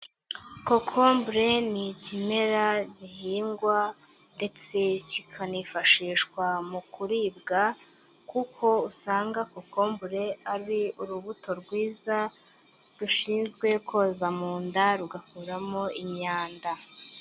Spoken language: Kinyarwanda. Kokombure ni ikimera gihingwa ndetse kikanifashishwa mu kuribwa, kuko usanga kokombure ari urubuto rwiza, rushinzwe koza mu nda, rugakuramo imyanda.